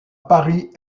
paris